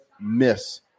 miss